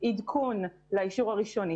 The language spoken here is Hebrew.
עדכון לאישור הראשוני.